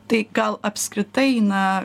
tai gal apskritai na